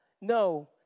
No